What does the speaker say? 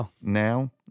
now